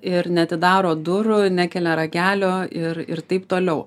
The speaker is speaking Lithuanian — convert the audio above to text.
ir neatidaro durų nekelia ragelio ir ir taip toliau